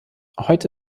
heute